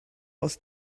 aus